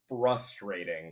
frustrating